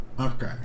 okay